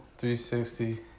360